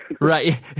Right